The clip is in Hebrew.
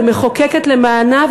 ומחוקקת למענה,